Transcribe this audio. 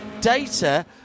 data